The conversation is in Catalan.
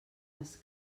les